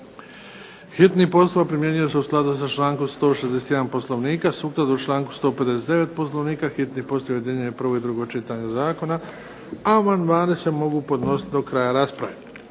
Hitni postupak primjenjuje se u skladu sa člankom 161. Poslovnika. Sukladno članku 159. Poslovnika hitni postupak objedinjuje prvo i drugo čitanje zakona. Amandmani se mogu podnositi do kraja rasprave.